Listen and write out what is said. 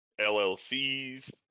LLCs